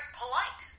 polite